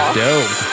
dope